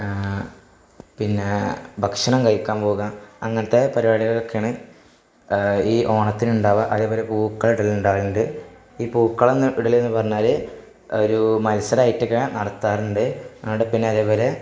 പിന്നെ ഭക്ഷണം കഴിക്കാൻ പോകാം അങ്ങനത്തെ പരിപാടികളൊക്കെയാണ് ഈ ഓണത്തിനുണ്ടാവുക അതേപോലെ പൂക്കൾ ഇടൽ ഉണ്ടാവലുണ്ട് ഈ പൂക്കളം ഇടലെന്ന് പറഞ്ഞാല് ഒരു മത്സരമായിട്ടൊക്കെ നടത്താറുണ്ട് അവിടെ പിന്നതേപോലെ